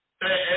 Hey